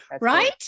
right